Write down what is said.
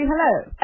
Hello